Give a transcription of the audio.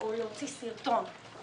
או להוציא סרטון.